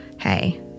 Hey